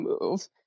move